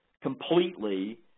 completely